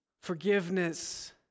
forgiveness